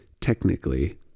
technically